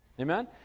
Amen